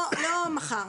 לא מחר.